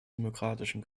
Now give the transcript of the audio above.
demokratischen